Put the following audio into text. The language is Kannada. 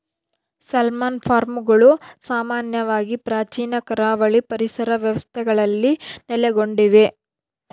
ಸಾಲ್ಮನ್ ಫಾರ್ಮ್ಗಳು ಸಾಮಾನ್ಯವಾಗಿ ಪ್ರಾಚೀನ ಕರಾವಳಿ ಪರಿಸರ ವ್ಯವಸ್ಥೆಗಳಲ್ಲಿ ನೆಲೆಗೊಂಡಿವೆ